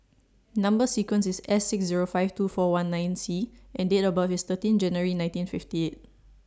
Number sequence IS S six Zero five two four one nine C and Date of birth IS thirteen January nineteen fifty eight